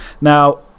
Now